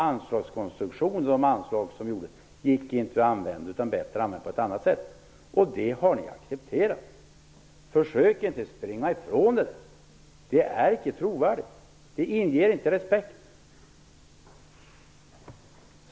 Anslagskonstruktionen och de anslag som gjordes gick inte att använda, utan utnyttjades bättre på ett annat sätt. Det har ni accepterat. Försök inte att springa ifrån det! Det är inte trovärdigt och inger inte respekt.